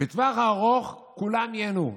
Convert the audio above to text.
"בטווח הארוך, כולם ייהנו.